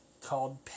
called